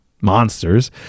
monsters